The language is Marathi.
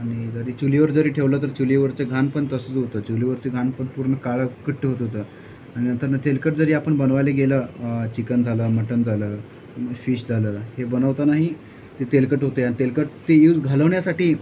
आणि जरी चुलीवर जरी ठेवलं तर चुलीवरचे घाण पण तसंच होतं चुलीवरचे घाण पण पूर्ण काळं कुट्ट होत होतं आणि नंतरनं तेलकट जरी आपण बनवायला गेलं चिकन झालं मटन झालं फिश झालं हे बनवतानाही ते तेलकट होत आहे आणि तेलकट ते यूज घालवण्यासाठी